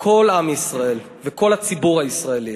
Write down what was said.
כל עם ישראל וכל הציבור הישראלי.